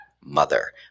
mother